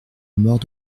mort